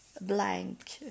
blank